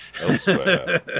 elsewhere